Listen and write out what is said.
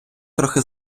трохи